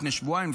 לפני שבועיים,